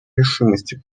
решимости